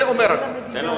זה אומר הכול.